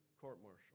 court-martial